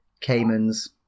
caimans